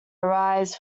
arise